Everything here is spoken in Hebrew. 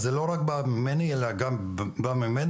אז, זה לא רק בא ממני, אלא גם בא ממנה.